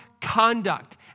conduct